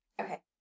Okay